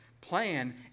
plan